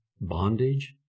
bondage